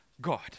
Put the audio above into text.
God